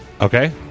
Okay